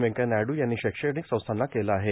व्यंकय्या नायडू यांनी शैक्ष्माणक संस्थांना केलं आहे